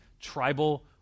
tribal